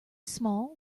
small